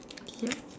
yup